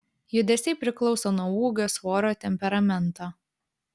judesiai priklauso nuo ūgio svorio temperamento